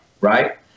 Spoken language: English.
right